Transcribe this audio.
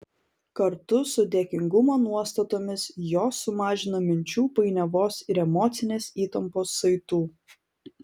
kartu su dėkingumo nuostatomis jos sumažina minčių painiavos ir emocinės įtampos saitų